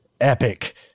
epic